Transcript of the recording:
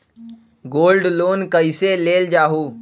Gold loan कईसे लेल जाहु?